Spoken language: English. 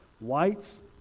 Whites